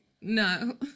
No